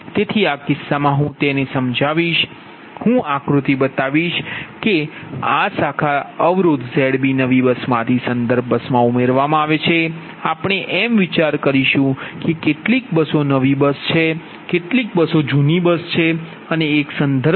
તેથી આ કિસ્સામાં હું તેને સમજાવીશ હું આકૃતિ બતાવીશ કે આ શાખા અવરોધ Zb નવી બસમાંથી સંદર્ભ બસમાં ઉમેરવામાં આવે છે આપણે એમ વિચારણા કરીશું કે કેટલીક બસો નવી બસ છે કેટલીક બસ જૂની બસ છે અને એક સંદર્ભ બસ છે